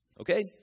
Okay